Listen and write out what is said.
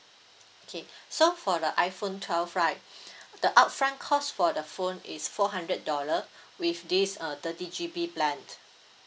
okay so for the iphone twelve right the upfront cost for the phone is four hundred dollar with this uh thirty G_B plan